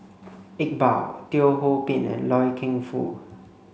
Iqbal Teo Ho Pin and Loy Keng Foo